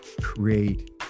create